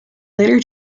later